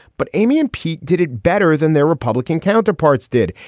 but amy and pete did it better than their republican counterparts did.